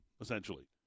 essentially